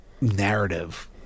narrative